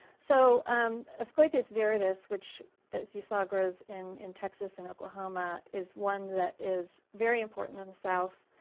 so asclepias viridis, which as you saw grows in in texas and oklahoma, is one that is very important in the south.